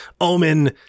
omen